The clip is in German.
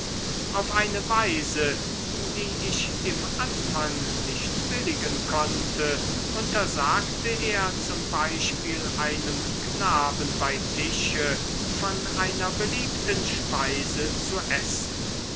auf eine weise die ich im anfang nicht billigen konnte untersagte er zum beispiel einem knaben bei tische von einer beliebten speise zu essen